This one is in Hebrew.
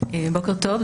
בוקר טוב.